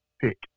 pick